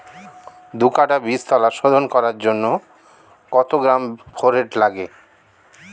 দু কাটা বীজতলা শোধন করার জন্য কত গ্রাম ফোরেট লাগে?